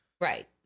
Right